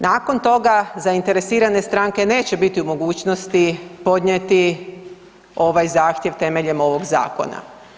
Nakon toga zainteresirane stranke neće biti u mogućnosti podnijeti ovaj zahtjev temeljem ovog zakona.